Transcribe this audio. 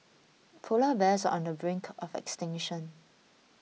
Polar Bears are on the brink of extinction